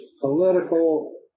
political